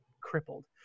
crippled